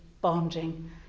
bonding